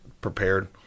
prepared